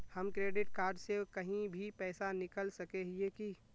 हम credit card से कहीं भी पैसा निकल सके हिये की?